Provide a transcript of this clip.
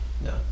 No